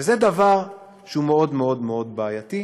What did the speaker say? וזה דבר שהוא מאוד מאוד מאוד בעייתי,